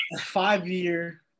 Five-year